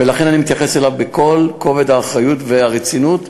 ולכן אני מתייחס אליו בכל כובד האחריות והרצינות,